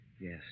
Yes